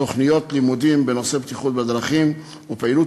תוכניות לימודים בנושא בטיחות בדרכים ופעילות